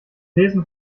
lesen